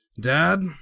Dad